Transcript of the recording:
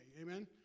Amen